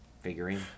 figurine